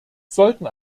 sollten